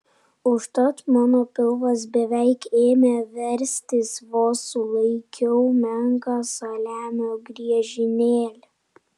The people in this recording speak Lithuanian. užtat mano pilvas beveik ėmė verstis vos sulaikiau menką saliamio griežinėlį